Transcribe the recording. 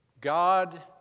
God